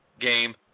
game